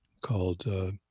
called